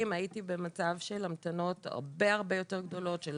הייתי במצב של המתנות הרבה יותר גדולות, של